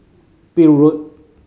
Peel Road